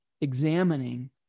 examining